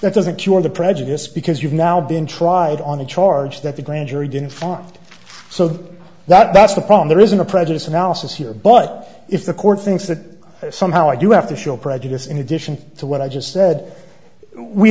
that doesn't cure the prejudice because you've now been tried on a charge that the grand jury didn't file so that that's the problem there isn't a prejudice analysis here but if the court thinks that somehow you have to show prejudice in addition to what i just said we